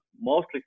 mostly